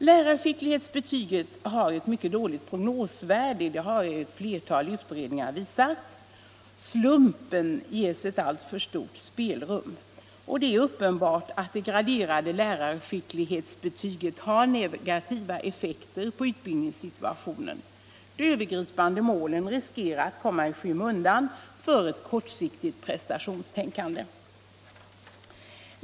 Lärarskicklighetsbetyget har ett mycket dåligt prognosvärde, det har ett flertal utredningar visat. Slumpen ges ett alltför stort spelrum, och det är uppenbart att det graderade lärarskicklighetsbetyget har negativa effekter på utbildningssituationen. De övergripande målen riskerar att komma i skymundan för ett kortsiktigt prestationstänkande.